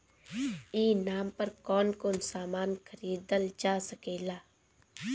ई नाम पर कौन कौन समान खरीदल जा सकेला?